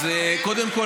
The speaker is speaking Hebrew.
אז קודם כול,